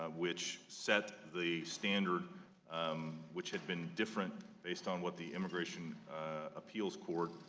ah which sets the standard which had been different based on what the immigration appeals court,